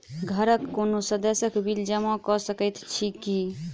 घरक कोनो सदस्यक बिल जमा कऽ सकैत छी की?